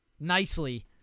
nicely